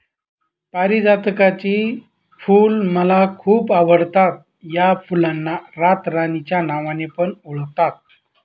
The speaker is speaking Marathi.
पारीजातकाची फुल मला खूप आवडता या फुलांना रातराणी च्या नावाने पण ओळखतात